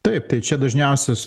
taip tai čia dažniausios